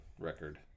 record